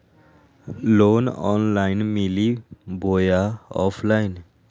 Loan online मिली बोया offline?